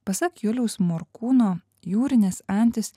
pasak juliaus morkūno jūrinės antys